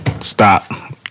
stop